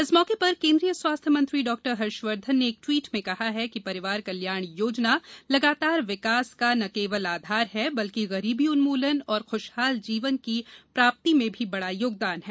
इस मौके पर केन्द्रीय स्वास्थ्य मंत्री डॉ हर्षवर्धन ने एक ट्वीट में कहा है कि परिवार कल्याण योजना लगातार विकास का न केवल आधार है बल्कि गरीबी उन्मूलन तथा ख्रशहाल जीवन की प्राप्ति में भी बढ़ा योगदान है